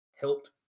Helped